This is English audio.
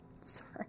Sorry